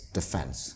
defense